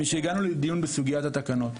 אבל משהגענו לדיון בסוגיית התקנות,